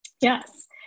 yes